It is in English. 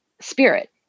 spirit